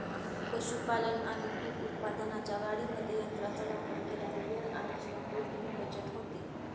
पशुपालन आणि दूध उत्पादनाच्या वाढीमध्ये यंत्रांचा वापर केल्याने वेळ आणि श्रम दोन्हीची बचत होते